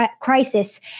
Crisis